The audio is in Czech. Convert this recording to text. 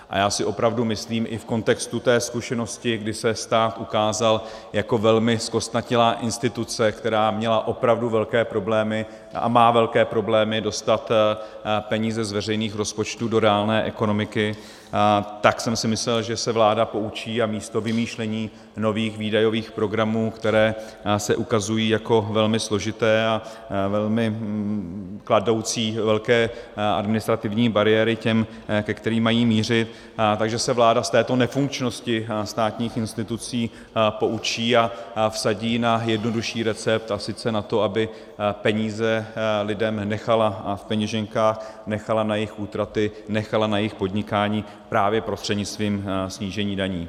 A já si opravdu myslím i v kontextu té zkušenosti, kdy se stát ukázal jako velmi zkostnatělá instituce, která měla opravdu velké problémy, a má velké problémy, dostat peníze z veřejných rozpočtů do reálné ekonomiky, tak jsem si myslel, že se vláda poučí a místo vymýšlení nových výdajových programů, které se ukazují jako velmi složité a kladoucí velké administrativní bariéry těm, ke kterým mají mířit, že se vláda z této nefunkčnosti státních institucí poučí a vsadí na jednodušší recept, a sice na to, aby peníze lidem nechala v peněženkách, nechala je na jejich útraty, nechala je na jejich podnikání právě prostřednictvím snížení daní.